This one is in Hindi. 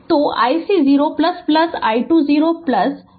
तो ic 0 i2 0 is 05 0 है